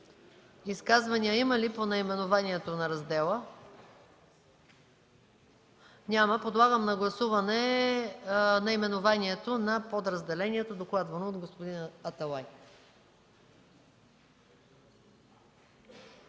изказвания по наименованието на раздела? Няма. Подлагам на гласуване наименованието на подразделението, докладвано от господин Аталай.